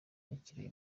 yakiriwe